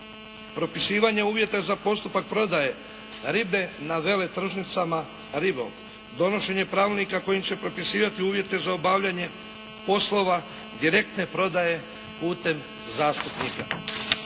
Propisivanje uvjeta za postupak prodaje ribe na veletržnicama ribom. Donošenje pravilnika kojim će propisivati uvjete za obavljanje poslova direktne prodaje putem zastupnika.